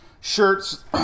shirts